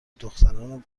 دختران